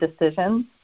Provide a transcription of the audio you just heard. decisions